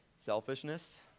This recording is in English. Selfishness